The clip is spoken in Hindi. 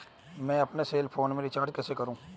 मैं अपने सेल फोन में रिचार्ज कैसे करूँ?